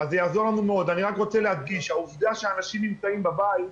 אני רק אגיד במאמר מוסגר,